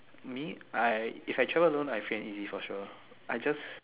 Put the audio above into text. me I if I travel alone I free and easy for sure I just